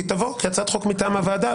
היא תבוא כהצעת חוק מטעם הוועדה,